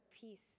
peace